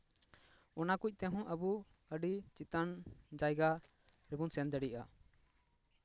ᱚᱱᱟ ᱠᱚ ᱛᱮᱦᱚᱸ ᱟᱵᱚ ᱟᱹᱰᱤ ᱪᱮᱛᱟᱱ ᱡᱟᱭᱜᱟ ᱨᱮᱵᱚᱱ ᱥᱮᱱ ᱫᱟᱲᱮᱭᱟᱜᱼᱟ